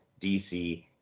DC